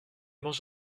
mangé